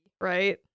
right